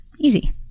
easy